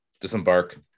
disembark